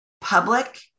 public